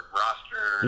roster